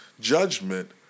judgment